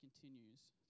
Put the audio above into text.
continues